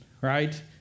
right